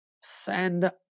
Send